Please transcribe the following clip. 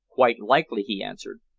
quite likely, he answered.